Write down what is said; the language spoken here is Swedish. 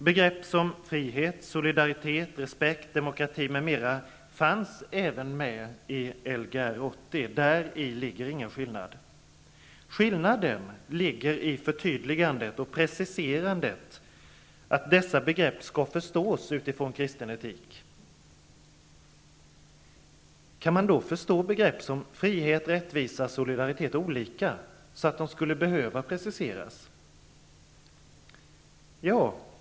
Begrepp som frihet, solidaritet, respekt, demokrati m.m. fanns även med i Lgr 80. Däri finns ingen skillnad. Skillnaden ligger i förtydligandet och preciserandet att dessa begrepp skall förstås utifrån kristen etik. Kan man då förstå begrepp som frihet, rättvisa och solidaritet på olika sätt, så att de behöver preciseras?